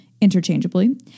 interchangeably